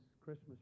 Christmas